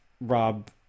Rob